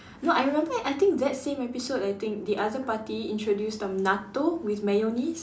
no I remember I think that same episode I think the other party introduce some natto with mayonnaise